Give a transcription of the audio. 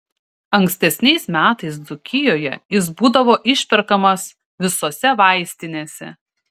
ankstesniais metais dzūkijoje jis būdavo išperkamas visose vaistinėse